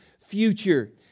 future